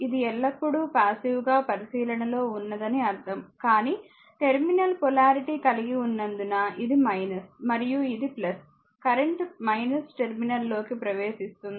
ఇది ఎల్లప్పుడూ పాసివ్ గా పరిశీలనలో ఉన్నదని అర్ధం కానీ టెర్మినల్ పొలారిటీ కలిగి ఉన్నందున ఇది మరియు ఇది కరెంట్ టెర్మినల్ లోకి ప్రవేశిస్తుంది